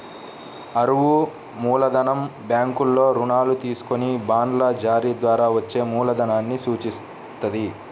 అరువు మూలధనం బ్యాంకుల్లో రుణాలు తీసుకొని బాండ్ల జారీ ద్వారా వచ్చే మూలధనాన్ని సూచిత్తది